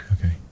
Okay